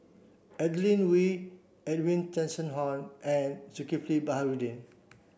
Adeline Ooi Edwin Tessensohn and Zulkifli Baharudin